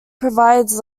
provides